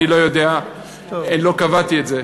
אני לא יודע, לא קבעתי את זה.